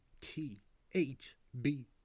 T-H-B